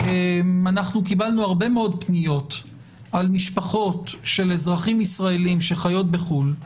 אנחנו קיבלנו הרבה מאוד פניות על משפחות של אזרחים ישראלים שחיות בחו"ל,